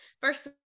first